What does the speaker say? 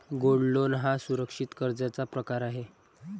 gold loan हा सुरक्षित कर्जाचा प्रकार आहे